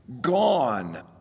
Gone